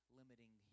limiting